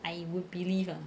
I would believe lah